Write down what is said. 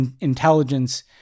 intelligence